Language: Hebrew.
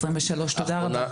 תודה רבה.